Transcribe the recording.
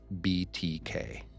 BTK